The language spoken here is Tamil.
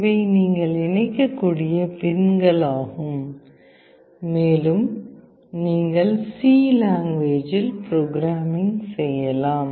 இவை நீங்கள் இணைக்கக்கூடிய பின்களாகும் மேலும் நீங்கள் C லாங்குவேஜ் புரோகிரம்மிங் செய்யலாம்